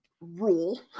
rule